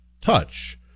touch